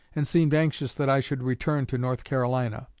and seemed anxious that i should return to north carolina.